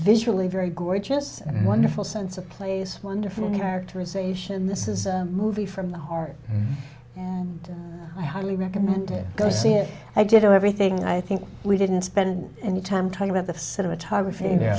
visually very gorgeous and wonderful sense of place wonderful characterisation this is a movie from the heart i highly recommend it go see it i did and everything i think we didn't spend any time talking about the cinematography there